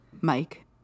Mike